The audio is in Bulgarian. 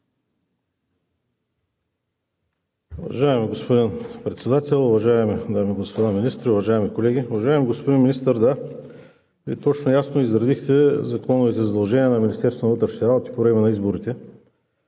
господин Председател, уважаеми господа министри, уважаеми колеги! Уважаеми господин Министър, Вие точно и ясно изредихте законовите задължения на Министерството на вътрешните работи по време на изборите.